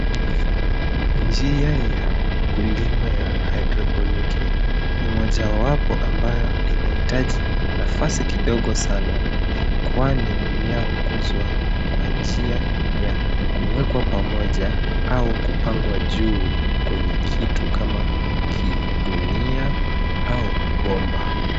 Njia ya ukulima ya hydroponiki ni mojawapo ambayo inahitaji nafasi kidogo sana kwani mmea hukuzwa kwa njia ya kuwekwa pamoja au kupangwa juu kwenye kitu kama kigunia au bomba.